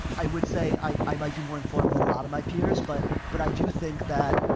i would say i, i might be more informed than a lot of my peers but, but i do think that,